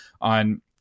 on